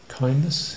kindness